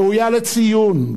ראויה לציון,